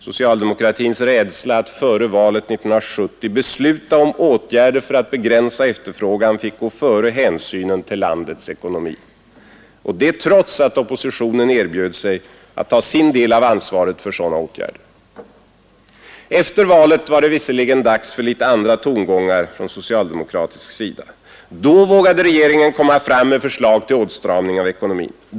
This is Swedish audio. Socialdemokratins rädsla att före valet 1970 besluta om åtgärder för att begränsa efterfrågan fick gå före hänsynen till landets ekonomi, och detta trots att oppositionen erbjöd sig att ta sin del av ansvaret för sådana åtgärder. Efter valet var det visserligen dags för litet andra tongångar från socialdemokratisk sida. Då vågade regeringen komma fram med förslag till åtstramning av ekonomin.